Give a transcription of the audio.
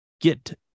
get